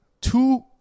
two